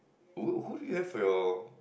who who do you have for your